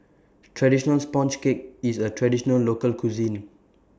Traditional Sponge Cake IS A Traditional Local Cuisine